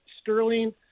Sterling